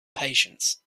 patience